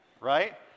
right